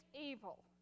evil